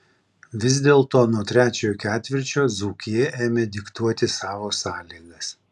vis dėlto nuo trečiojo ketvirčio dzūkija ėmė diktuoti savo sąlygas